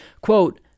Quote